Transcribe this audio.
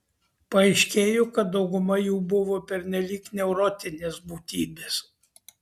paaiškėjo kad dauguma jų buvo pernelyg neurotinės būtybės